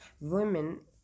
women